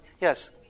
Yes